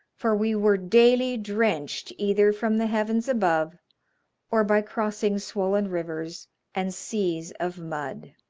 for we were daily drenched either from the heavens above or by crossing swollen rivers and seas of mud.